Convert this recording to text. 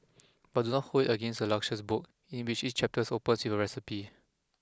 but do not hold it against this luscious book in which each chapter opens with a recipe